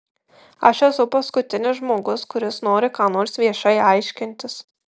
aš esu paskutinis žmogus kuris nori ką nors viešai aiškintis